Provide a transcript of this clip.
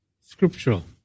Scriptural